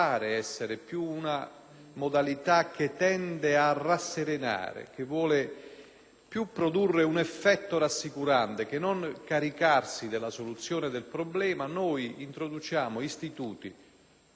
e a produrre un effetto rassicurante che non a caricarsi della soluzione del problema, introduciamo istituti più complessi di quelli che fin qui l'ordinamento giudiziario ha avuto modo di gestire,